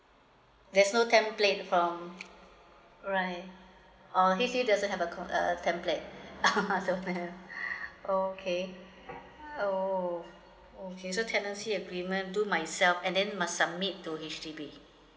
there's no template from alright uh H_D_B doesn't have a uh template orh okay orh okay so tenancy agreement do myself and then must submit to H_D_B